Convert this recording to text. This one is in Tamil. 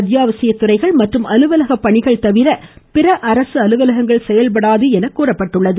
அத்தியாவசிய துறைகள் மற்றும் அலுவலக பணிகள் தவிர பிற அரசு அலுவலகங்கள் செயல்படாது என கூறப்பட்டுள்ளது